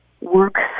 works